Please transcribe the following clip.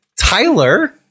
Tyler